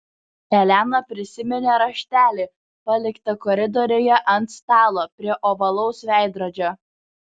elena prisiminė raštelį paliktą koridoriuje ant stalo prie ovalaus veidrodžio